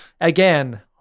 Again